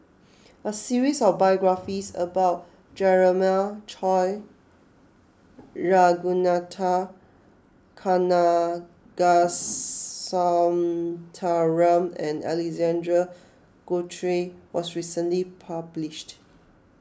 a series of biographies about Jeremiah Choy Ragunathar Kanagasuntheram and Alexander Guthrie was recently published